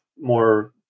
more